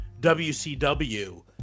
WCW